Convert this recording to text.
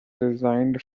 resigned